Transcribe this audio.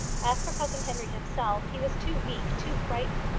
as for cousin henry himself, he was too weak, too frightened,